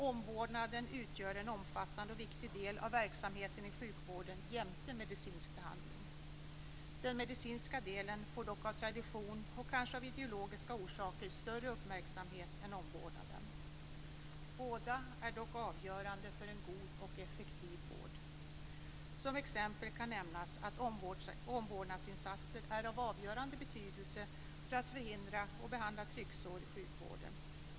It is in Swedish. Omvårdnaden utgör en omfattande och viktig del av verksamheten i sjukvården tillsammans med medicinsk behandling. Den medicinska delen får dock av tradition, och kanske av ideologiska orsaker, större uppmärksamhet än omvårdnaden. Båda är dock avgörande för en god och effektiv vård. Som exempel kan nämnas att omvårdnadsinsatser är av avgörande betydelse för att förhindra och behandla trycksår i sjukvården.